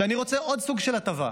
שאני רוצה עוד סוג של הטבה,